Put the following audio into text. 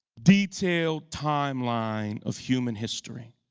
detailed time line of human history.